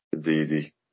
Didi